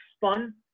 fun